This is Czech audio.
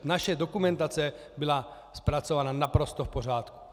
Naše dokumentace byla zpracována naprosto v pořádku.